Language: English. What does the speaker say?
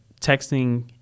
texting